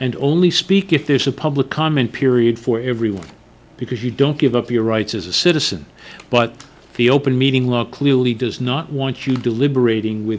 and only speak if there is a public comment period for everyone because you don't give up your rights as a citizen but the open meeting law clearly does not want you deliberating with